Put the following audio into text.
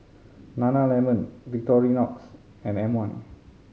Nana Lemon Victorinox and M One